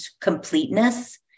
completeness